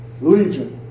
legion